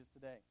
today